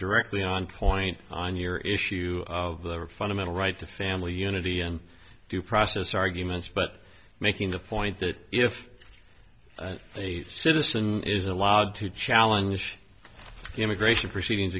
directly on point on your issue or a fundamental right to family unity and due process arguments but making the point that if a citizen is allowed to challenge immigration proceedings